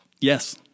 Yes